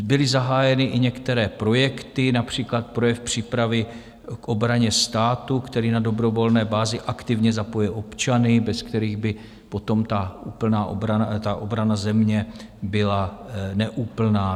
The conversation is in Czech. Byly zahájeny i některé projekty, například projekt přípravy k obraně státu, který na dobrovolné bázi aktivně zapojuje občany, bez kterých by potom obrana země byla neúplná.